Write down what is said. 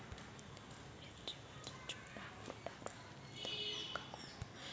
मिर्चीवर जर चुर्डा मुर्डा रोग आला त मंग का करू?